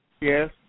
Yes